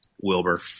Wilbur